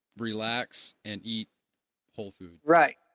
relax and eat whole food right.